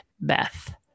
Beth